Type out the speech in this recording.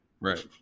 Right